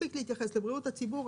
מספיק להתייחס לבריאות הציבור,